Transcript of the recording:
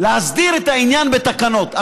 להסדיר את העניין בתקנות.